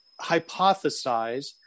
hypothesize